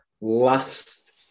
Last